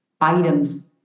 items